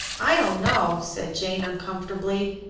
i don't know, said jane uncomfortably.